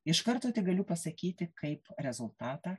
iš karto tik galiu pasakyti kaip rezultatą